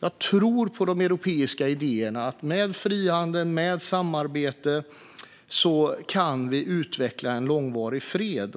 Jag tror på de europeiska idéerna att vi med frihandel och samarbete kan utveckla en långvarig fred.